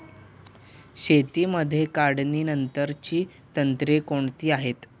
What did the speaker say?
शेतीमध्ये काढणीनंतरची तंत्रे कोणती आहेत?